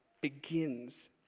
begins